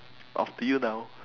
off to you now